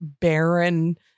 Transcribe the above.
barren